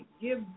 Give